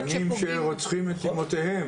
בנים שרוצחים את אמותיהם.